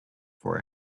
for